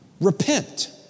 Repent